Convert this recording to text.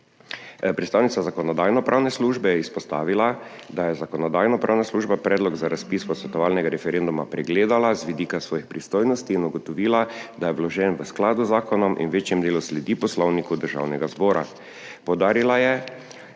Predstavnica Zakonodajno-pravne službe je izpostavila, da je Zakonodajno-pravna služba predlog za razpis posvetovalnega referenduma pregledala z vidika svojih pristojnosti in ugotovila, da je vložen v skladu z zakonom in v večjem delu sledi Poslovniku Državnega zbora.